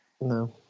No